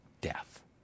death